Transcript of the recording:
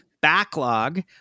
backlog